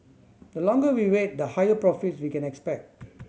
the longer we wait the higher profits we can expect